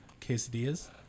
Quesadillas